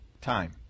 time